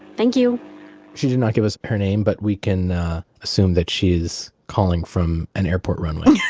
thank you she did not give us her name, but we can assume that she's calling from an airport runway